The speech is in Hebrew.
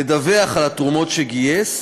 לדווח על התרומות שגייס,